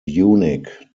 unique